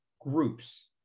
groups